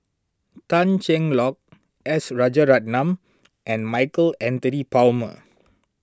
Tan Cheng Lock S Rajaratnam and Michael Anthony Palmer